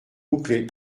bouclés